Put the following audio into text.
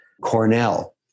Cornell